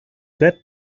that